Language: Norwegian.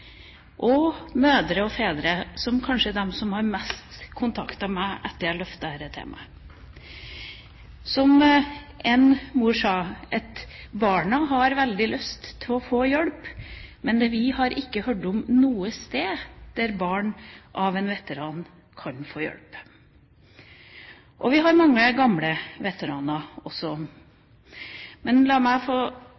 og mødre og fedre, som kanskje er dem som mest har kontaktet meg etter at jeg har løftet dette temaet. Som en mor sa: Barna har veldig lyst til å få hjelp, men vi har ikke hørt om noe sted der barn av en veteran kan få hjelp. Vi har mange gamle veteraner også.